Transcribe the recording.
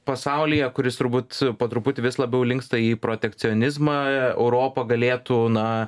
pasaulyje kuris turbūt po truputį vis labiau linksta į protekcionizmą europa galėtų na